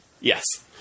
yes